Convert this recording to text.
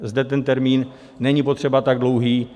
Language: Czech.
Zde ten termín není potřeba tak dlouhý.